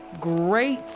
great